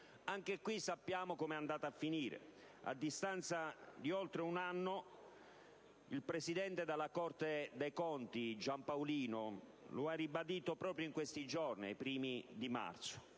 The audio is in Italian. qui sappiamo come è andata a finire, e a distanza di oltre un anno il presidente dalla Corte dei conti Giampaolino lo ha ribadito proprio in questi giorni. La Corte